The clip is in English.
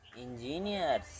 engineers